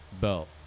belt